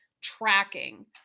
tracking